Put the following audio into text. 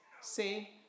Say